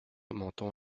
menton